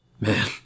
Man